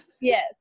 Yes